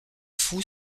fou